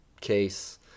case